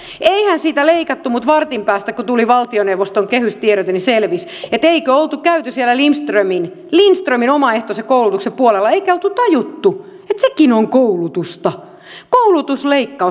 eihän siitä leikattu mutta kun vartin päästä tuli valtioneuvoston kehystiedote selvisi että eikö oltu käyty siellä lindströmin omaehtoisen koulutuksen puolella eikä oltu tajuttu että sekin on koulutusta koulutusleikkaus